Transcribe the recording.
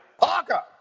Parker